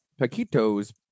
Paquitos